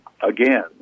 Again